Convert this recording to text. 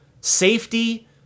Safety